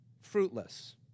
fruitless